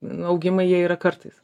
augimai jie yra kartais